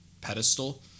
pedestal